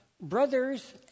brothers